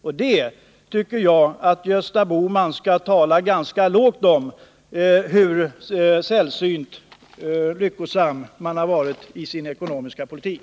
Gösta Bohman skall därför tala ganska tyst om hur sällsynt lyckosam regeringen har varit i sin ekonomiska politik.